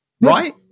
right